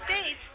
States